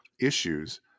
issues